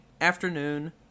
afternoon